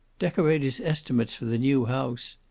decorator's estimates for the new house.